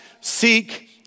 seek